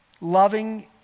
loving